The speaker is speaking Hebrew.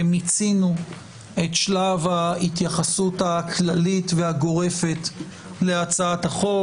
מיצינו את שלב ההתייחסות הכללית והגורפת להצעת החוק.